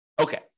Okay